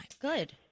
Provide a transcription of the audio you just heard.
Good